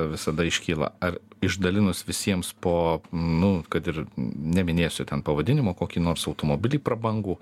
visada iškyla ar išdalinus visiems po nu kad ir neminėsiu ten pavadinimo kokį nors automobilį prabangų